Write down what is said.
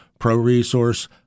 ProResource